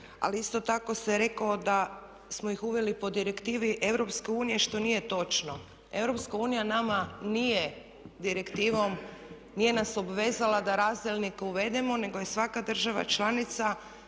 Ali isto tako se reklo da smo ih uveli po direktivi Europske unije što nije točno. Europska unija nama nije direktivom, nije nas obvezala da razdjelnike uvedemo, nego je svaka država članica